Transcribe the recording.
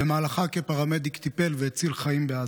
במהלכה, כפרמדיק, טיפל והציל חיים בעזה.